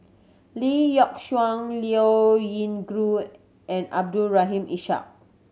Lee Yock Suan Liao Yingru and Abdul Rahim Ishak